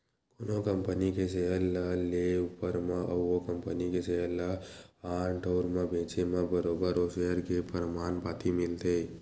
कोनो कंपनी के सेयर ल लेए ऊपर म अउ ओ कंपनी के सेयर ल आन ठउर म बेंचे म बरोबर ओ सेयर के परमान पाती मिलथे